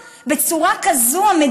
בצורה כזאת,